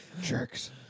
Jerks